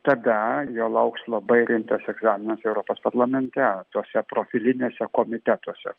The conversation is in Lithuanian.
tada jo lauks labai rimtas egzaminas europos parlamente tuose profiliniuose komitetuose